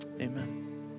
Amen